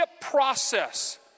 process